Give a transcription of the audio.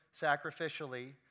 sacrificially